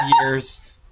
years